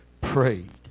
prayed